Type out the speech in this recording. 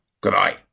Goodbye